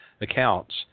accounts